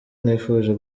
nifuje